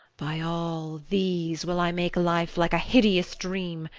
by all these will i make life like a hideous dream,